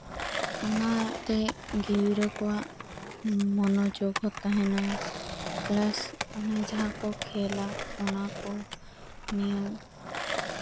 ᱚᱱᱟ ᱛᱮ ᱜᱤᱫᱽᱨᱟᱹ ᱠᱚᱣᱟᱜ ᱢᱚᱱᱚ ᱡᱳᱜᱽ ᱦᱚᱸ ᱛᱟᱦᱮᱸᱱᱟ ᱯᱞᱟᱥ ᱚᱱᱮ ᱡᱟᱦᱟᱸ ᱠᱚ ᱠᱷᱮᱞᱟ ᱚᱱᱟ ᱠᱚ ᱱᱤᱭᱚᱢ